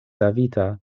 savita